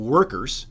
workers